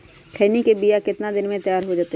खैनी के बिया कितना दिन मे तैयार हो जताइए?